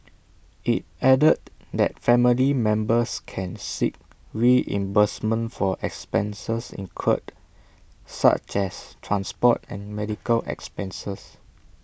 IT added that family members can seek reimbursement for expenses incurred such as transport and medical expenses